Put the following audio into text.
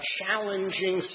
challenging